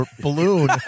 balloon